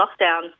lockdown